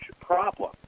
problem